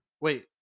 Wait